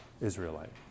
Israelite